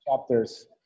Chapters